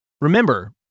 Remember